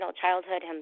childhood